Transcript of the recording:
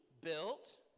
built